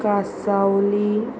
Cansaulim